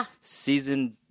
season